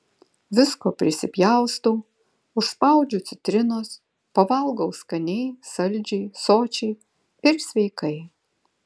visko prisipjaustau užspaudžiu citrinos pavalgau skaniai saldžiai sočiai ir sveikai